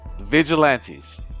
Vigilantes